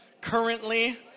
currently